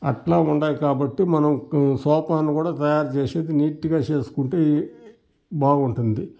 అట్లా ఉండాయి కాబట్టి మనం సోఫాను కూడా తయారుచేసేది నీటుగా చేసుకుంటే బాగుంటుంది